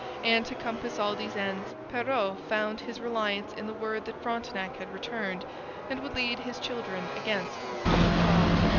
and to compass all these ends, perrot found his reliance in the word that frontenac had returned and would lead his children against the common foe.